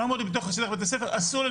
הוא לא אמור להיות בתוך שטח בית הספר ואסור לו